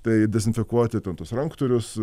tai dezinfekuoti ten tuos ranktūrius